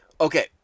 Okay